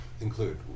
include